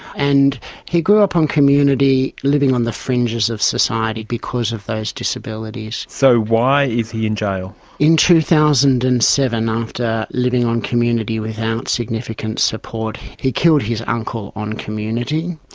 and he grew up on community, living on the fringes of society because of those disabilities. so why is he jail? in two thousand and seven after living on community without significant support he killed his uncle on community.